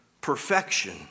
perfection